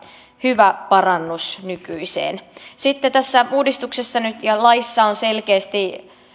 hyvä parannus nykyiseen sitten tässä uudistuksessa ja laissa on nyt selkeästi